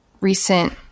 recent